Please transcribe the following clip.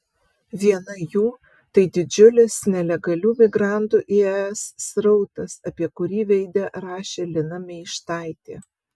viena jų tai didžiulis nelegalių migrantų į es srautas apie kurį veide rašė lina meištaitė